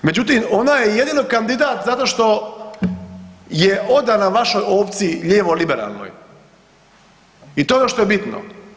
Međutim, ona je jedino kandidat zato što je odana vašoj opciji lijevo liberalnoj i to je ono što je bitno.